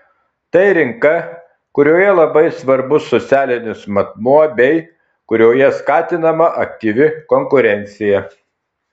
tai rinka kurioje labai svarbus socialinis matmuo bei kurioje skatinama aktyvi konkurencija